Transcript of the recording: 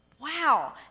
Wow